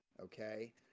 Okay